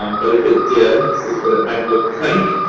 um but if it did, this is what it might look like.